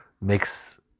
makes